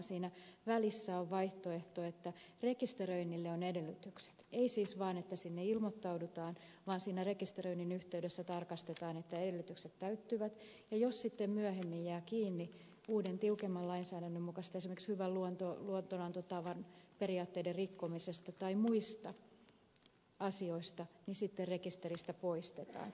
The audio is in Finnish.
siinä välissä on vaihtoehto että rekisteröinnille on edellytykset ei siis vaan että sinne ilmoittaudutaan vaan siinä rekisteröinnin yhteydessä tarkastetaan että edellytykset täyttyvät ja jos sitten myöhemmin jää kiinni uuden tiukemman lainsäädännön mukaisesti esimerkiksi hyvän luotonantotavan periaatteiden rikkomisesta tai muista asioista niin sitten rekisteristä poistetaan